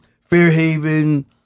Fairhaven